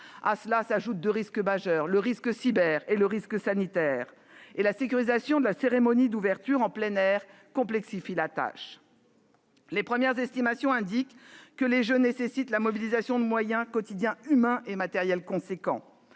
À cela s'ajoutent deux risques majeurs : le risque cyber et le risque sanitaire. Par ailleurs, la sécurisation de la cérémonie d'ouverture en plein air complexifie la tâche. Les premières estimations indiquent que les Jeux nécessitent la mobilisation de moyens quotidiens humains et matériels substantiels